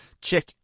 check